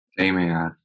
Amen